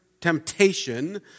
temptation